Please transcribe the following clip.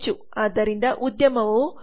ಆದ್ದರಿಂದ ಉದ್ಯಮವು 7